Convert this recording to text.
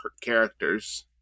characters